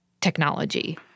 technology